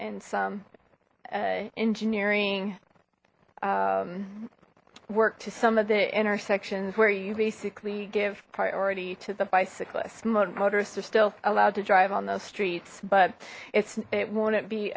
and some engineering work to some of the intersections where you basically give priority to the bicyclists motorists are still allowed to drive on those streets but it's it wouldn't be